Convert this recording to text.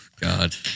God